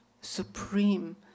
supreme